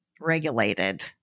regulated